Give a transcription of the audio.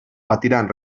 patiran